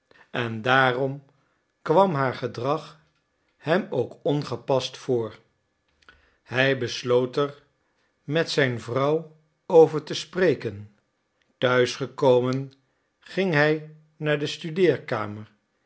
en daarom kwam haar gedrag hem ook ongepast voor hij besloot er met zijn vrouw over te spreken te huis gekomen ging hij naar de